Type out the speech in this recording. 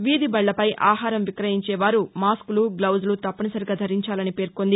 వీధి బళ్ళపై ఆహారం విక్రయించేవారు మాస్కులు గ్లొజులు తప్పనిసరిగా ధరించాలని పేర్కొంది